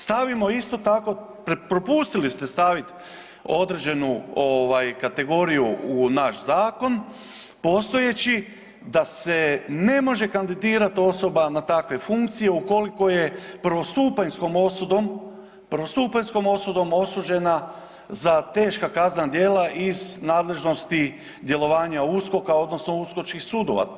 Stavimo isto tako, propustili ste staviti određenu kategoriju u naš zakon postojeći da se ne može kandidirati osoba na takve funkcije ukoliko je prvostupanjskom osudom osuđena za teška kaznena djela iz nadležnosti djelovanja USKOK-a, odnosno uskočkih sudova.